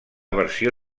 versió